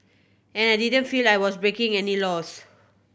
and I didn't feel I was breaking any laws